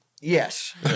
Yes